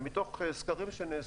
ומתוך סקרים שנעשו,